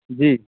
جی